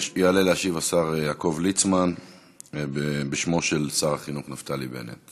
יעלה להשיב השר יעקב ליצמן בשמו של שר החינוך נפתלי בנט,